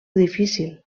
difícil